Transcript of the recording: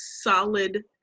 solid